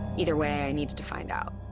either way, i needed to find out.